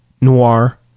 noir